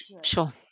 sure